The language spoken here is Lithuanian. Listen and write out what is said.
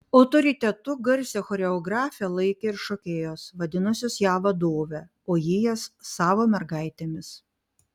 autoritetu garsią choreografę laikė ir šokėjos vadinusios ją vadove o ji jas savo mergaitėmis